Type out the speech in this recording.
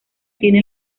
tiene